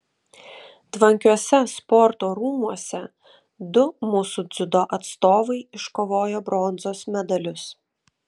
tvankiuose sporto rūmuose du mūsų dziudo atstovai iškovojo bronzos medalius